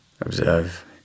Observe